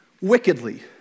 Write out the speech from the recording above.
wickedly